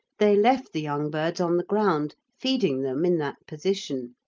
they left the young birds on the ground, feeding them in that position,